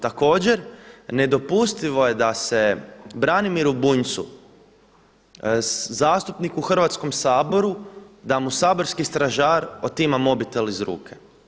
Također, nedopustivo je da se Branimiru Bunjcu zastupniku u Hrvatskom saboru, da mu saborski stražar otima mobitel iz ruke.